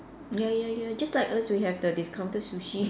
ya ya ya just like us we have the discounted sushi